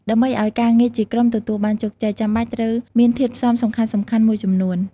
ដើម្បីឱ្យការងារជាក្រុមទទួលបានជោគជ័យ ចាំបាច់ត្រូវមានធាតុផ្សំសំខាន់ៗមួយចំនួន។